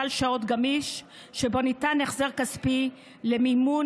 סל שעות גמיש שבו ניתן החזר כספי למימון